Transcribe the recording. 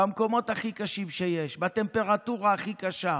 במקומות הכי קשים שיש, בטמפרטורה הכי קשה,